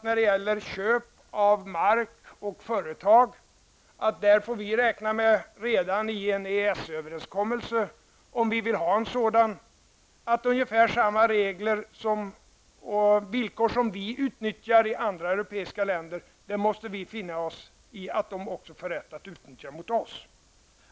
När det gäller köp av mark och företag får vi redan i en EES-överenskommelse, om vi vill ha en sådan, finna oss i att ungefär samma regler och villkor som gäller för oss i andra europeiska länder också måste gälla för dessa länder hos oss.